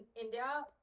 India